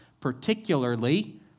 particularly